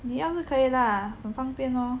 你要是可以啦很方便咯